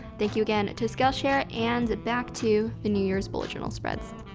thank you again to skillshare and back to the new year's bullet journal spreads.